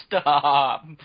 stop